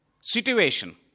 situation